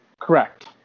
Correct